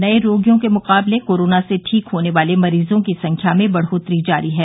नये रोगियों के मुकाबले कोरोना से ठीक होने वाले मरीजों की संख्या में बढ़ोत्तरी जारी है